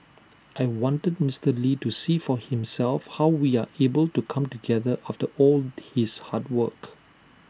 I wanted Mister lee to see for himself how we are able to come together after all his hard work